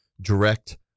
direct